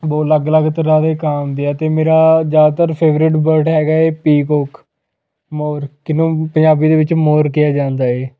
ਬਹੁਤ ਅਲੱਗ ਅਲੱਗ ਤਰ੍ਹਾਂ ਦੇ ਕਾਂ ਹੁੰਦੇ ਆ ਅਤੇ ਮੇਰਾ ਜ਼ਿਆਦਾਤਰ ਫੇਵਰੇਟ ਬਰਡ ਹੈਗਾ ਏ ਪੀਕੋਕ ਮੋਰ ਕਿਨੂੰ ਪੰਜਾਬੀ ਦੇ ਵਿੱਚ ਮੋਰ ਕਿਹਾ ਜਾਂਦਾ ਏ